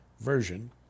version